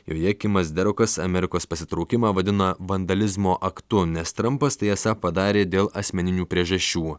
joje kimas derokas amerikos pasitraukimą vadina vandalizmo aktu nes trampas tai esą padarė dėl asmeninių priežasčių